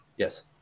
Yes